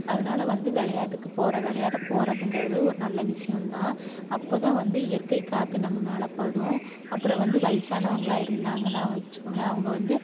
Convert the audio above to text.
அதனால் வந்து விளையாட்டுக்குப் போறது விளையாட போகிறதுங்கிறது ஒரு நல்ல விஷியந்தான் அப்போ தான் வந்து இயற்கை காற்று நம்ம மேலே படும் அப்புறம் வந்து வயசானவங்களாக இருந்தாங்கன்னு வெச்சுக்கோங்களேன் அவங்க வந்து